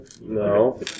No